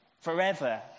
forever